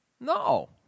No